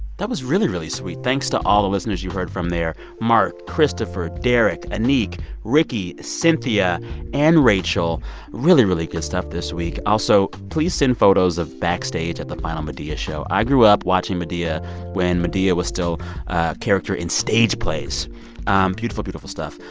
that was really, really sweet. thanks to all the listeners you heard from there. mark, christopher, derek, and anik, ricky, cynthia and rachel really, really good stuff this week. also, please send photos of backstage at the final madea show. i grew up watching madea when madea was still a character in stage plays um beautiful, beautiful stuff.